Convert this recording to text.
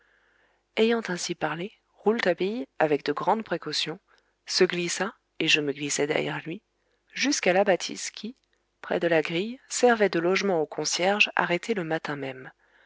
ayant ainsi parlé rouletabille avec de grandes précautions se glissa et je me glissai derrière lui jusqu'à la bâtisse qui près de la grille servait de logement aux concierges arrêtés le matin même